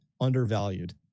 undervalued